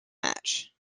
match